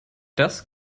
das